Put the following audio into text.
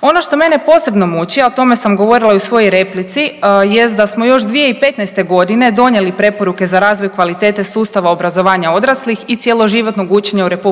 Ono što mene posebno muči, a o tome sam govorila i u svojoj replici jest da smo još 2015.g. donijeli preporuke za razvoj kvalitete sustava obrazovanja odraslih i cjeloživotnog učenja u RH,